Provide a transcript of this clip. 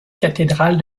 cathédrale